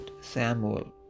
Samuel